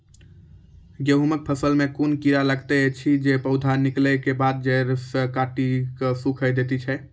गेहूँमक फसल मे कून कीड़ा लागतै ऐछि जे पौधा निकलै केबाद जैर सऽ काटि कऽ सूखे दैति छै?